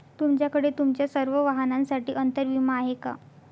तुमच्याकडे तुमच्या सर्व वाहनांसाठी अंतर विमा आहे का